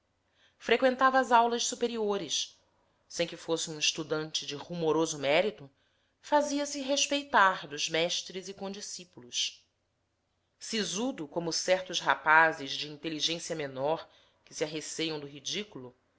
freqüentava as aulas superiores sem que fosse um estudante de rumoroso mérito fazia-se respeitar dos mestres e condiscípulos sisudo como certos rapazes de inteligência menor que se arreceiam do ridículo